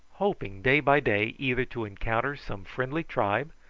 hoping day by day either to encounter some friendly tribe,